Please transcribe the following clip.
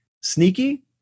sneaky